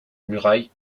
muraille